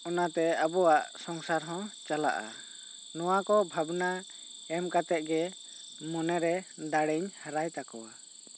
ᱚᱱᱟᱛᱮ ᱟᱵᱚᱭᱟᱜ ᱥᱚᱝᱥᱟᱨ ᱦᱚᱸ ᱪᱟᱞᱟᱜᱼᱟ ᱱᱚᱣᱟ ᱠᱚ ᱵᱷᱟᱵᱱᱟ ᱮᱢ ᱠᱟᱛᱮ ᱜᱮ ᱢᱚᱱᱮ ᱨᱮ ᱫᱟᱲᱮᱧ ᱦᱟᱨᱟᱭ ᱛᱟᱠᱚᱭᱟ